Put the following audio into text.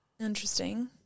Interesting